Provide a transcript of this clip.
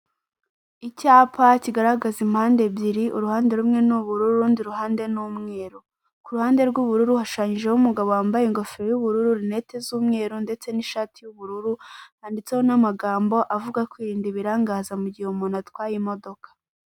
Icyapa kigaragaza impande ebyiri uruhande rumwe ni ubururu urundi ruhande ni umweru, ku ruhande rw'ubururu hashushanyijeho umugabo wambaye ingofero y'ubururu rinete z'umweru ndetse n'ishati y'ubururu handitseho n'amagambo avuga kwirinda ibirangaza mu gihe umuntu atwaye imodoka.